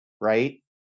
right